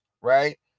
right